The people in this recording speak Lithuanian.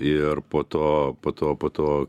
ir po to po to po to